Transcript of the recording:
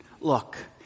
look